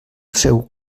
seu